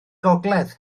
gogledd